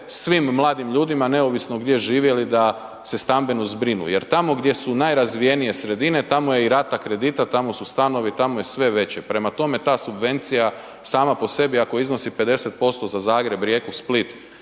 svim mladim ljudima neovisno gdje žive ili da se stambeno zbrinu jer tamo gdje su najrazvijenije sredine, tamo je i rata kredita, tamo su stanovi, tamo je sve veće, prema tome ta subvencija sama po sebi ako iznosi 50% za Zagreb, Rijeku, Split